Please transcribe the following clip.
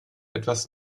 etwas